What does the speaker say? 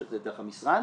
שזה דרך המשרד,